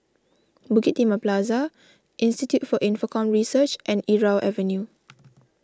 Bukit Timah Plaza Institute for Infocomm Research and Irau Avenue